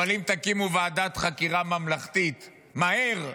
אבל אם תקימו ועדת חקירה ממלכתית מהר,